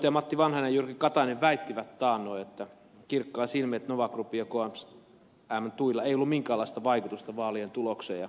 puheenjohtajat matti vanhanen ja jyrki katainen väittivät taannoin kirkkain silmin että nova group ja kms tuilla ei ollut minkäänlaista vaikutusta vaalien tulokseen